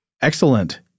Excellent